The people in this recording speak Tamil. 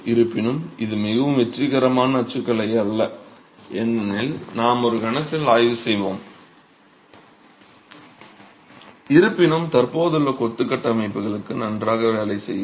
இருப்பினும் இது மிகவும் வெற்றிகரமான அச்சுக்கலை அல்ல ஏனெனில் நாம் ஒரு கணத்தில் ஆய்வு செய்வோம் இருப்பினும் தற்போதுள்ள கொத்து கட்டமைப்புகளுக்கு நன்றாக வேலை செய்யும்